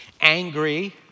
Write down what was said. angry